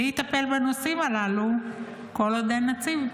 מי יטפל בנושאים הללו כל עוד אין נציב?